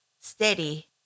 steady